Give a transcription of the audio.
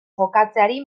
jokatzeari